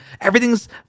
everything's